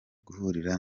guhurira